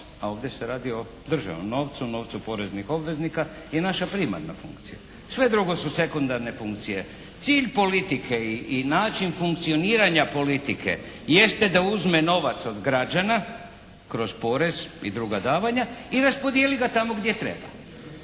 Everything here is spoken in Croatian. a ovdje se radi o državnom novcu, novcu poreznih obveznika je naša primarna funkcija. Sve drugo su sekundarne funkcije. Cilj politike i način funkcioniranja politike jeste da uzme novac od građana kroz porez i druga davanja i raspodijeli ga tamo gdje treba.